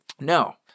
No